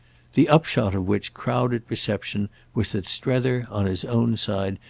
the upshot of which crowded perception was that strether, on his own side,